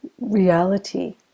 reality